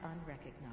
unrecognized